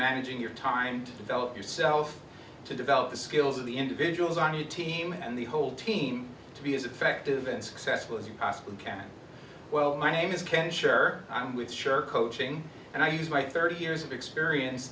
managing your time to develop yourself to develop the skills of the individuals on you team and the whole team to be as effective and successful as you possibly can well my name is ken sure i'm with sher coaching and i use my thirty years of experience